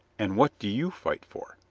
and what do you fight for?